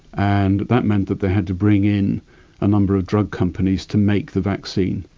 and that meant that they had to bring in a number of drug companies to make the vaccine,